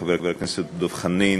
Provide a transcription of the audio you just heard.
חבר הכנסת דב חנין